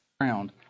ground